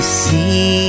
see